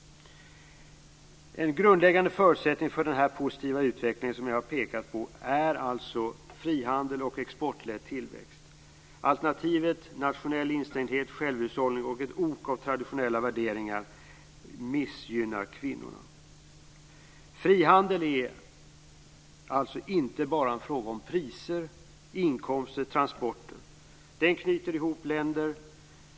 En grundläggande förutsättning för den positiva utveckling som jag har pekat på är alltså frihandel och exportledd tillväxt. Alternativet, nationell instängdhet, självhushållning och traditionella värderingar, missgynnar kvinnorna. Frihandel är alltså inte bara en fråga om priser, inkomster och transporter. Den knyter ihop länder.